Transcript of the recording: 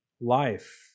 life